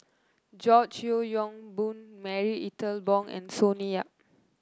George Yeo Yong Boon Marie Ethel Bong and Sonny Yap